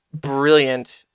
brilliant